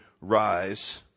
rise